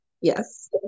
Yes